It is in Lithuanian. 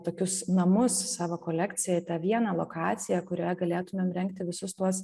tokius namus savo kolekcijai tą vieną lokaciją kurioje galėtumėm rengti visus tuos